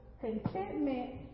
Contentment